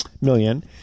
million